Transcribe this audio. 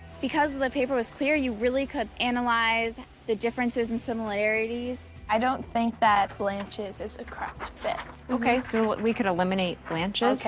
because the paper was clear, you really could analyze the differences and similarities. i don't think that blanche's is a correct fit. so we could eliminate blanche's. okay.